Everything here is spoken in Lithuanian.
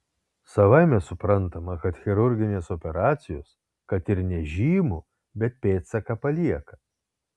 savaime suprantama kad chirurginės operacijos kad ir nežymų bet pėdsaką palieka